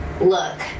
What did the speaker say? look